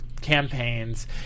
campaigns